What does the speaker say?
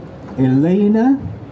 Elena